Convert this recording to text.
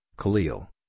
khalil